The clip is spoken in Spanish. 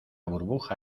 burbuja